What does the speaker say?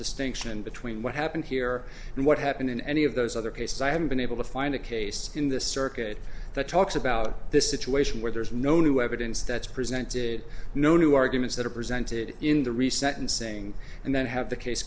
and between what happened here and what happened in any of those other cases i haven't been able to find a case in the circuit that talks about this situation where there's no new evidence that's presented no new arguments that are presented in the reset and saying and then have the case